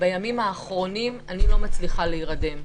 בימים האחרונים לא מצליחה להירדם.